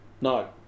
No